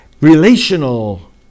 relational